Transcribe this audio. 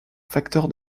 facteur